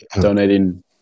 donating